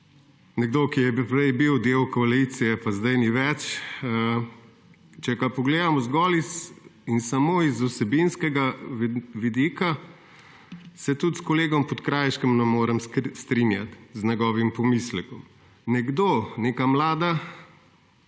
nekdo, ki je bil prej del koalicije, pa zdaj ni več. Če ga pogledam zgolj in samo iz vsebinskega vidika se tudi s kolegom Podkrajškom ne morem strinjati z njegovim pomislekom. Nekdo, neka mlada